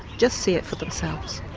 just see it for themselves.